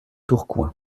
tourcoing